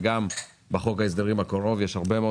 וגם בחוק ההסדרים הקרוב יש הרבה מאוד